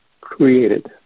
created